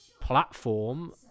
platform